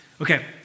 Okay